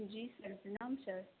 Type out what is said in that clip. जी sir प्रणाम sir